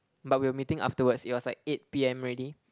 but we were meeting afterwards it was like eight P_M already